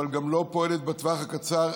אבל גם לא פועלת בטווח הקצר,